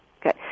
good